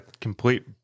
complete